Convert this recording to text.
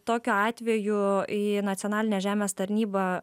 tokiu atveju į nacionalinę žemės tarnybą